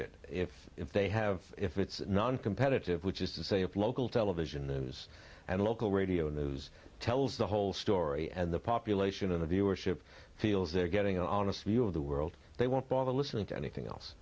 watch it if they have if it's noncompetitive which is to say if local television news and local radio news tells the whole story and the population of the viewership feels they're getting on a few of the world they won't bother listening to anything else